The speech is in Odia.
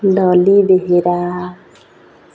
ଡଲି ବେହେରା